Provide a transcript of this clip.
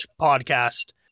podcast